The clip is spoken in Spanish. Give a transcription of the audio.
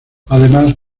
además